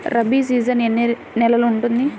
Rabi season ఎన్ని నెలలు ఉంటుంది?